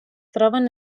troben